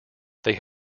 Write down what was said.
they